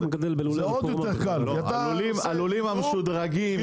הלולים המשודרגים,